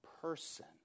person